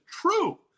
true